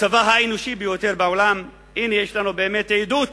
הצבא האנושי ביותר בעולם, הנה יש לנו באמת עדות